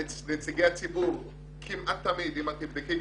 נציגי הציבור כמעט תמיד אם את תבדקי,